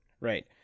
Right